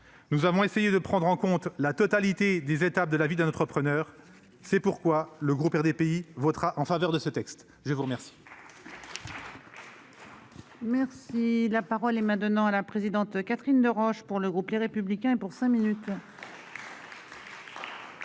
Nous avons essayé de prendre en compte la totalité des étapes de la vie d'un entrepreneur. C'est pourquoi le groupe RDPI votera en faveur de ce texte. La parole